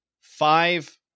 five